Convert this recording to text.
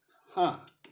!huh!